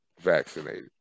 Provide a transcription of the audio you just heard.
vaccinated